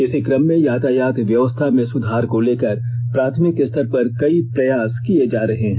इसी क्रम में यातायात व्यवस्था में सुधार को लेकर प्राथमिक स्तर पर कई प्रयास किये जा रहे हैं